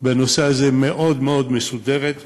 מאוד מאוד מסודרת,